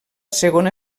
segona